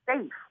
safe